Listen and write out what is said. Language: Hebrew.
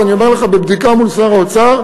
ואני אומר לך, מבדיקה מול שר האוצר: